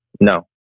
no